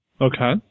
Okay